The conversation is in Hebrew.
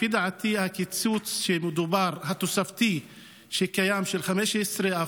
לפי דעתי, הקיצוץ התוספתי הקיים, של 15%,